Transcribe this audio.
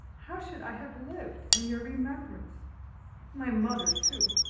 how should i have lived in your remembrance my mother too!